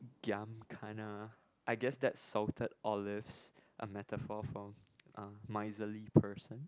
giam kana I guess that's salted olives a metaphor for a miserly person